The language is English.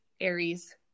Aries